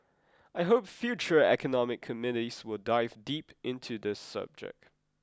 I hope future economic committees will dive deep into the subject